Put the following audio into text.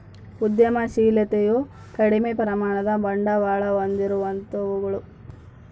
ಉದ್ಯಮಶಿಲತೆಯು ಕಡಿಮೆ ಪ್ರಮಾಣದ ಬಂಡವಾಳ ಹೊಂದಿರುವಂತವುಗಳು